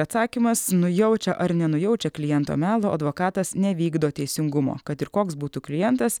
atsakymas nujaučia ar nenujaučia kliento melo advokatas nevykdo teisingumo kad ir koks būtų klientas